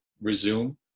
resume